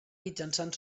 mitjançant